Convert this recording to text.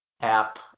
app